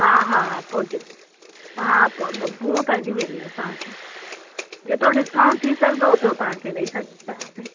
हा हा पोइ जे हा प पूरो पइजी वेंदो तव्हांखे जेतिरो डिस्काउंट थी सघंदो ओतिरो तव्हांखे ॾेई सघूं था तव्हांखे